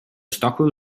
stockwell